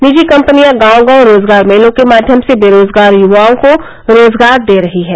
निजी कम्पनियां गाँव गाँव रोजगार मेलों के माध्यम से बेरोजगार युवाओं को रोज़गार दे रही है